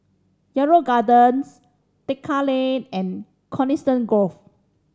Yarrow Gardens Tekka Lane and Coniston Grove